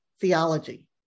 theology